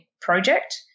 project